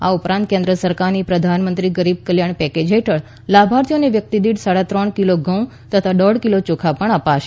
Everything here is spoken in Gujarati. આ ઉપરાંત કેન્દ્ર સરકારની પ્રધાનમંત્રી ગરીબ કલ્યાણ પેકેજ હેઠળ લાભાર્થીઓને વ્યક્તિ દીઠ સાડા ત્રણ કિલો ઘઉં તથા દોઢ કિલો ચોખા પણ અપાશે